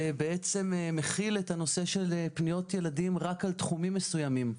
שבעצם מחיל את הנושא של פניות ילדים רק על תחומים מסוימים.